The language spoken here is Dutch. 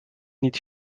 niet